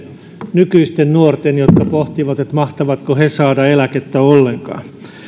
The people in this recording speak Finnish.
nykyisten nuorten jotka pohtivat mahtavatko he saada eläkettä ollenkaan